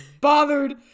bothered